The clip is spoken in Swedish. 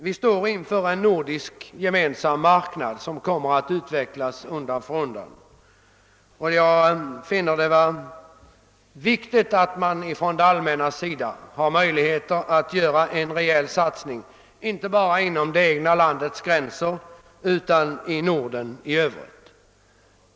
Vi står inför en nordisk gemensam marknad som kommer att utvecklas undan för undan. Jag finner det viktigt att man från det allmännas sida har möjligheter att göra en rejäl satsning, inte bara inom det egna landets gränser utan också i Norden i övrigt.